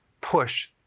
push